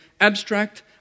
abstract